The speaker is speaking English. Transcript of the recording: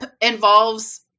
involves